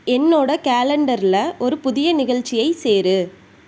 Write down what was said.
என்னோட கேலண்டரில் ஒரு புதிய நிகழ்ச்சியை சேர்